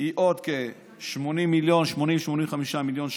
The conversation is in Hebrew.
היא עוד כ-80 מיליון, 85 מיליון שקלים,